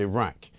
Iraq